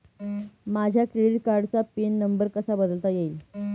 माझ्या क्रेडिट कार्डचा pin number कसा बदलता येईल?